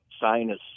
sinus